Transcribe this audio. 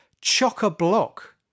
Chock-a-Block